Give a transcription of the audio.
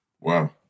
Wow